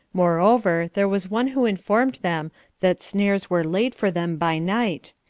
moreover, there was one who informed them that snares were laid for them by night,